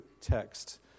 text